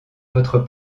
votre